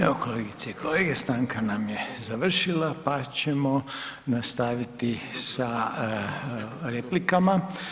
Evo, kolegice i kolege stanka nam je završila, pa ćemo nastaviti sa replikama.